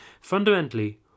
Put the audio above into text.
Fundamentally